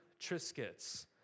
Triscuits